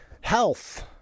health